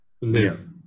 live